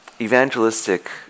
evangelistic